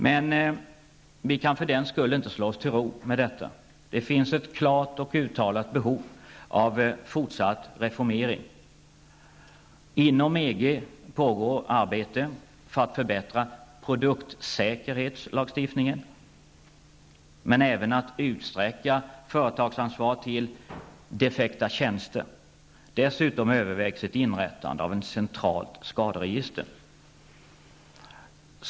Men vi kan för den skull inte slå oss till ro med detta. Det finns ett klart och uttalat behov av fortsatt reformering. Inom EG pågår arbetet med att förbättra produktsäkerhetslagstiftningen men även med att utsträcka företagsansvaret till deffekta tjänster. Dessutom övervägs inrättande av ett centralt skaderegister.